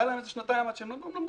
היה להם איזה שנתיים עד שהם למדו,